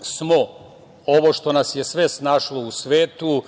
smo ovo što nas je sve snašlo u svetu